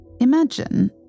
Imagine